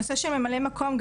הנושא של ממלאי מקום,